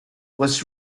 was